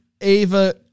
Ava